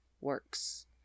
works